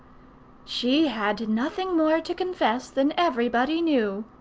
she had nothing more to confess than everybody knew.